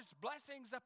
blessings